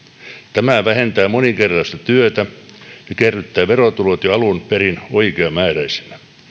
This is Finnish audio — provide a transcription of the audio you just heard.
tämä vähentää moninkertaista työtä ja kerryttää verotulot jo alun perin oikeamääräisinä